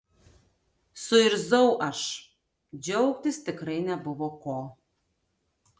suirzau aš džiaugtis tikrai nebuvo ko